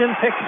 pick